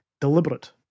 deliberate